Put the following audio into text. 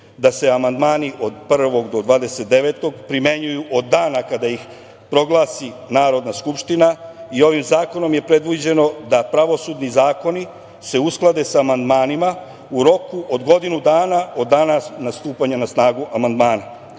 da se amandmani od 1. do 29. primenjuju od dana kada ih proglasi Narodna skupština i ovim zakonom je predviđeno da pravosudni zakoni se usklade sa amandmanima u roku od godinu dana od dana stupanja na snagu amandmana.